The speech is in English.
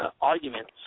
Arguments